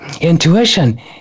Intuition